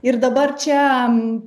ir dabar čia